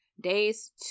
days